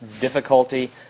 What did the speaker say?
difficulty